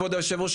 כבוד היושב ראש,